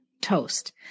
toast